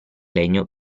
legno